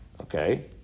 Okay